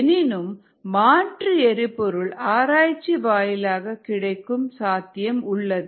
எனினும் மாற்று எரிபொருள் ஆராய்ச்சி வாயிலாக கிடைக்கும் சாத்தியம் உள்ளது